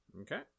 Okay